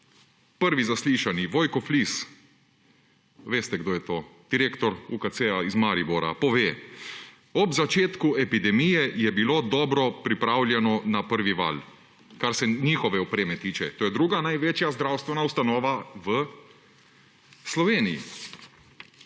Prvi zaslišani Vojko Flis, veste, kdo je to – direktor UKC iz Maribora – pove, ob začetku epidemije je bilo dobro pripravljeno na prvi val, kar se njihove opreme tiče. To je druga največja zdravstvena ustanova v Sloveniji.